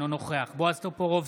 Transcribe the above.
אינו נוכח בועז טופורובסקי,